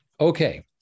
Okay